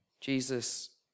Jesus